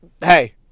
hey